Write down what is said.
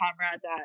comrades